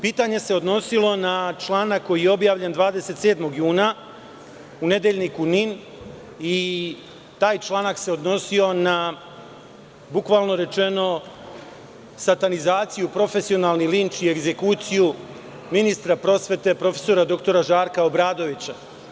Pitanje se odnosilo na članak koji objavljen 27. juna u nedeljniku "NIN" i taj članak se odnosio na satanizaciju, profesionalni linč i egzekuciju ministra prosvete prof. dr Žarka Obradovića.